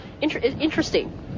interesting